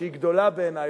שהיא גדולה בעיני,